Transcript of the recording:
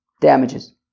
damages